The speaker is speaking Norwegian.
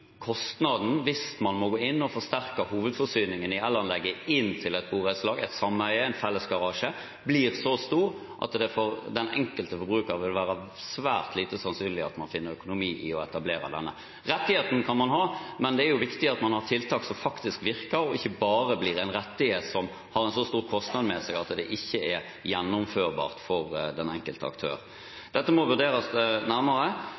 kostnaden, hvis man må gå inn og forsterke hovedforsyningen i elanlegget inn til et borettslag, et sameie eller en fellesgarasje, blir så stor at det for den enkelte forbruker vil være svært lite sannsynlig at man finner økonomi i å etablere dette. Rettigheten kan man ha, men det er viktig at man har tiltak som faktisk virker, og som ikke bare blir en rettighet som har en så stor kostnad ved seg at det ikke er gjennomførbart for den enkelte aktør. Dette må vurderes nærmere.